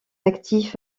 actif